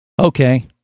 Okay